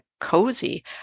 cozy